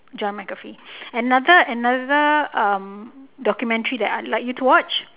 john mcafee another another um documentary that I'd like you to watch